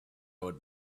would